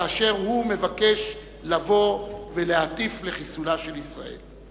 כאשר הוא מבקש לבוא ולהטיף לחיסולה של ישראל.